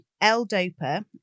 L-DOPA